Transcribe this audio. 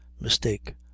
mistake